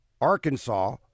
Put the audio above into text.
Arkansas